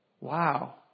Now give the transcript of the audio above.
Wow